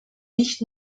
nicht